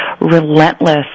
relentless